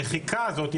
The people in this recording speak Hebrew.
המחיקה הזאת,